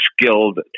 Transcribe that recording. skilled